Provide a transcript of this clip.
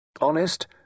Honest